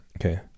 Okay